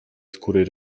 skóry